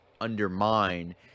undermine